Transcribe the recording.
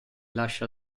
lascia